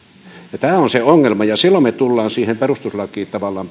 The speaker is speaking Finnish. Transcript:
tämä on se ongelma ja silloin me tulemme siihen tavallaan